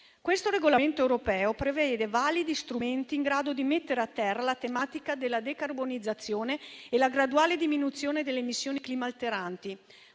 Tale regolamento europeo prevede validi strumenti in grado di mettere a terra la tematica della decarbonizzazione e la graduale diminuzione delle emissioni climalteranti,